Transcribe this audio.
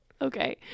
Okay